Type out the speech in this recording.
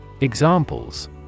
Examples